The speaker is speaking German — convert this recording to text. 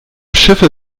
schiffe